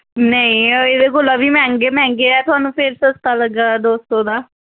नेईं एह्दे कोला दा बी मैंह्गे मैंह्गे ऐ तुआनूं फिर सस्ता लग्गा दा दो सौ दा